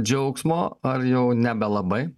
džiaugsmo ar jau nebelabai